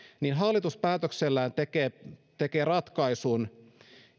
niin hallitus päätöksellään tekee tekee ratkaisun